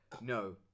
No